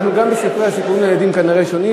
אנחנו גם בספרי הסיפורים לילדים כנראה שונים.